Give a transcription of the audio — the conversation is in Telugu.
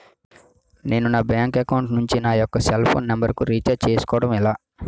నేను నా బ్యాంక్ అకౌంట్ నుంచి నా యెక్క సెల్ ఫోన్ నంబర్ కు రీఛార్జ్ చేసుకోవడం ఎలా?